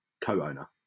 co-owner